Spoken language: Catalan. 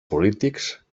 polítics